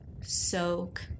soak